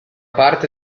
parte